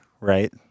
right